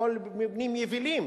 הכול מבנים יבילים.